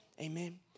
amen